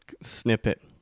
snippet